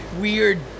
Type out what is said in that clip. weird